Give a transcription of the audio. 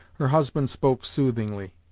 her husband spoke soothingly.